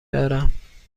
دارم